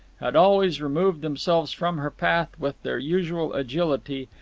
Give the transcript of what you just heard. had always removed themselves from her path with their usual agility,